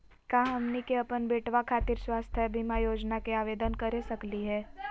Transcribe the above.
का हमनी के अपन बेटवा खातिर स्वास्थ्य बीमा योजना के आवेदन करे सकली हे?